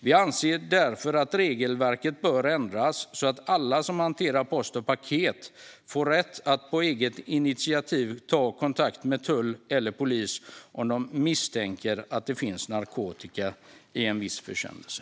Vi anser därför att regelverket bör ändras så att alla som hanterar post och paket får rätt att på eget initiativ ta kontakt med tullen eller polisen om de misstänker att det finns narkotika i en viss försändelse.